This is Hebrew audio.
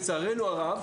לצערנו הרב,